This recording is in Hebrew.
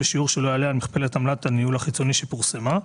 בשיעור שלא יעלה על מכפלת עמלת הניהול החיצוני שפורסמה,